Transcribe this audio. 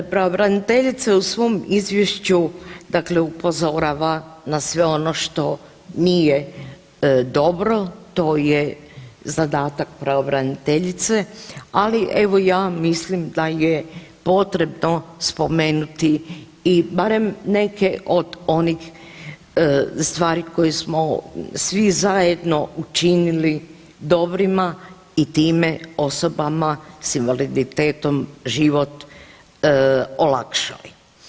Pravobraniteljica u svom izvješću dakle upozorava na sve ono što nije dobro, to je zadatak pravobraniteljice, ali evo ja mislim da je potrebno spomenuti i barem neke od onih stvari koje smo svi zajedno učinili dobrima i time osobama s invaliditetom život olakšali.